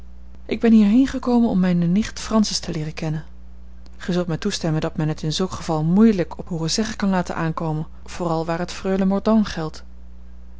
ik ben hierheen gekomen om mijne nicht francis te leeren kennen gij zult mij toestemmen dat men het in zulk geval moeielijk op hooren zeggen kan laten aankomen vooral waar het freule mordaunt geldt